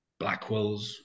Blackwells